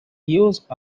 used